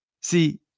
See